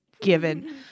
given